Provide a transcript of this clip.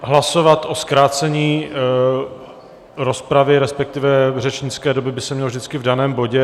Hlasovat o zkrácení rozpravy, respektive řečnické doby, by se mělo vždycky v daném bodě.